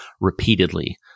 repeatedly